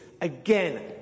Again